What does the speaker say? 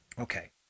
Okay